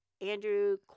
Andrew